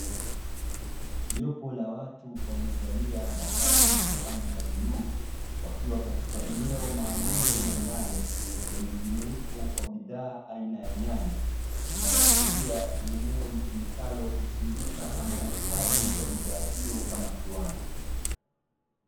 Jopo la watu waliovalia mavazi ya rangi ya bluu, wakiwa katika eneo maalumu la ndani lenye mjumuiko wa bidhaa aina ya nyanya, inayoashiria ni eneo litumikalo kusindika ama uhifadhi wa bidhaa hiyo kama kiwanda.